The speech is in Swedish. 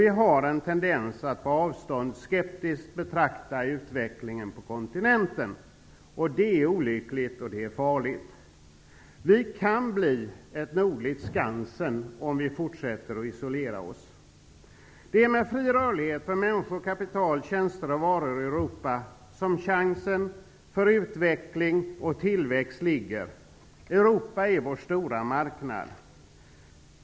Vi har en tendens att ta avstånd och skeptiskt betrakta utvecklingen på kontinenten. Det är både olyckligt och farligt. Vi kan bli ett nordligt Skansen, om vi fortsätter att isolera oss. Det är med fri rörlighet för människor, kapital, tjänster och varor i Europa som chansen för utveckling och tillväxt ligger. Europa är vår stora marknad.